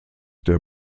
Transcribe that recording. der